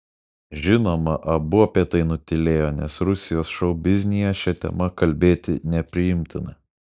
žinoma abu apie tai nutylėjo nes rusijos šou biznyje šia tema kalbėti nepriimtina